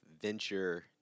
venture –